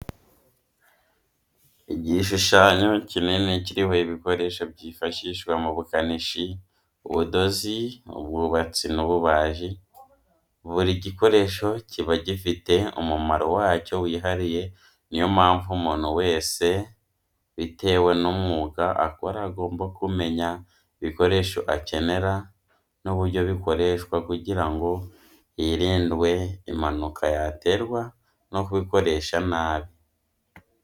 Igishushanyo kikini kiriho ibikoresho byifashishwa mu bukanishi, ubudozi, ubwubatsi n'ububaji, buri gikoresho kiba gifite umumaro wacyo wihariye ni yo mpamvu umuntu wese bitewe n'umwuga akora agomba kumenya ibikoresho akenera n'uburyo bikoreshwa kugira ngo hirindwe impanuka yaterwa no kubikoresha nabi.